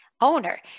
owner